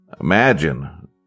Imagine